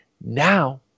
Now